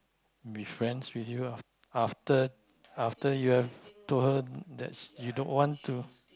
be friends with you after after you have told her that you don't want to